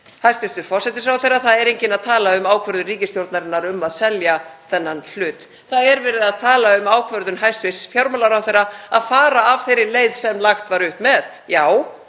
Hæstv. forsætisráðherra. Það er enginn að tala um ákvörðun ríkisstjórnarinnar um að selja þennan hlut. Það er verið að tala um ákvörðun hæstv. fjármálaráðherra að fara af þeirri leið sem lagt var upp með. Já,